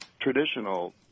traditional